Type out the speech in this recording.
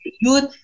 youth